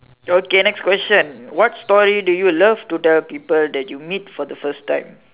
okay next question what story do you love to tell people that you meet for the first time